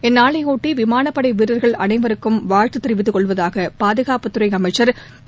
இந்நாளையொட்டி விமானப்படை வீரர்கள் அனைவருக்கும் வாழ்த்து தெரிவித்துக் கொள்வதாக பாதுகாப்புத்துறை அமைச்சர் திரு